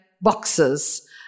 boxes